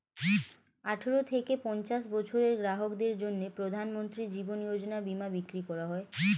আঠারো থেকে পঞ্চাশ বছরের গ্রাহকদের জন্য প্রধানমন্ত্রী জীবন যোজনা বীমা বিক্রি করা হয়